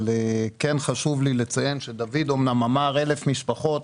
אבל חשוב לי לציין דוד אמנם אמר "1,000 משפחות".